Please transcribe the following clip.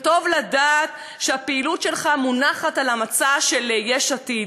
וטוב לדעת שהפעילות שלך מונחת על המצע של יש עתיד.